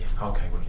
Okay